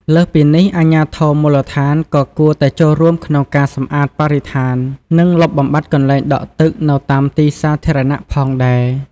លើសពីនេះ អាជ្ញាធរមូលដ្ឋានក៏គួរតែចូលរួមក្នុងការសម្អាតបរិស្ថាន និងលុបបំបាត់កន្លែងដក់ទឹកនៅតាមទីសាធារណៈផងដែរ។